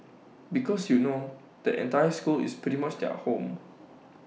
because you know the entire school is pretty much their home